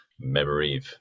memory